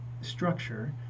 structure